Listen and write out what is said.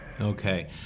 Okay